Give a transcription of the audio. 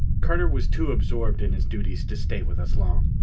carter was too absorbed in his duties to stay with us long.